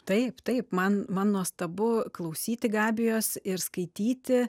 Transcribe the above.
taip taip man man nuostabu klausyti gabijos ir skaityti